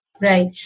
Right